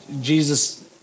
Jesus